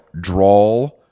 drawl